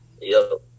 Yo